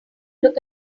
look